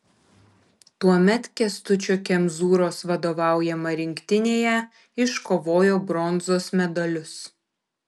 tuomet kęstučio kemzūros vadovaujama rinktinėje iškovojo bronzos medalius